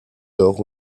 d’or